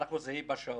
אנחנו זהים בשעות.